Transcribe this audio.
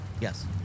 Yes